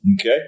Okay